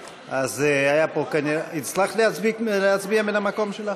הצלחת להצביע מן המקום שלך?